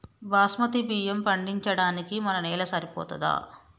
బాస్మతి బియ్యం పండించడానికి మన నేల సరిపోతదా?